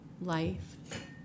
life